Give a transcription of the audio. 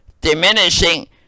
diminishing